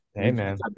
Amen